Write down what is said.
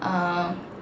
um